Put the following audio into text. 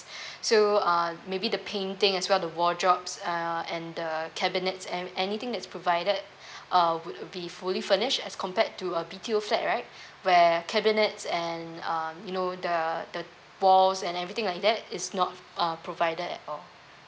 so uh maybe the painting as well the wardrobe uh and the cabinets and anything that's provided uh would be fully furnish as compared to a B_T_O flat right where cabinets and um you know the the walls and everything like that is not uh provided at all